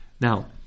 Now